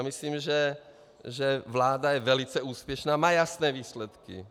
Myslím, že vláda je velice úspěšná, má jasné výsledky.